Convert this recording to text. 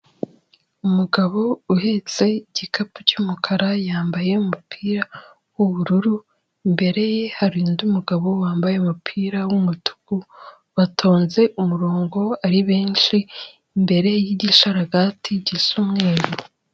Umugabo uhetse igikapu cy'umukara yambaye umupira w'ubururu, imbere ye hari undi mugabo wambaye umupira w'umutuku watonze umurongo ari benshi imbere yigishararagati gisa umweru.